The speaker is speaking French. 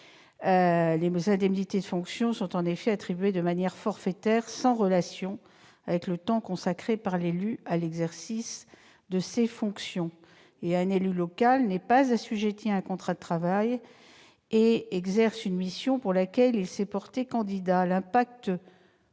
les indemnités de fonction sont attribuées de manière forfaitaire, sans relation avec le temps que l'élu consacre à l'exercice de ses fonctions. Un élu local n'est pas assujetti à un contrat de travail. Il exerce une mission pour laquelle il s'est porté candidat. Ainsi,